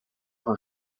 her